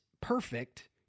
perfect